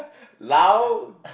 louder